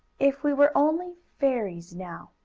if we were only fairies now,